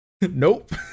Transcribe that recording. Nope